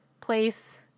place